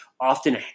often